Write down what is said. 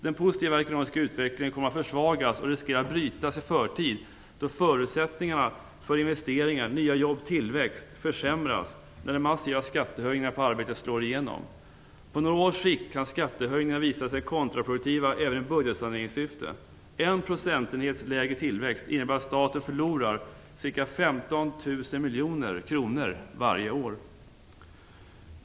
Den positiva ekonomiska utvecklingen kommer att försvagas och riskerar att brytas i förtid då förutsättningarna för investeringar, nya jobb och tillväxt försämras när de massiva skattehöjningarna på arbete slår igenom. På några års sikt kan skattehöjningar visa sig kontraproduktiva även i budgetsaneringssyfte. En procentenhets lägre tillväxt innebär att staten förlorar ca 15 000 miljoner kronor varje år.